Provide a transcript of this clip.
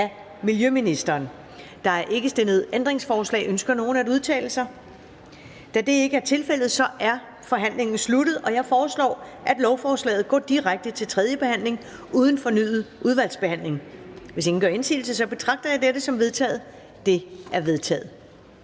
Ellemann): Der er ikke stillet ændringsforslag. Ønsker nogen at udtale sig? Da det ikke er tilfældet, er forhandlingen sluttet. Jeg foreslår, at lovforslaget går direkte til tredje behandling uden fornyet udvalgsbehandling. Hvis ingen gør indsigelse, betragter jeg dette som vedtaget. Det er vedtaget.